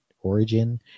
origin